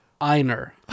Einar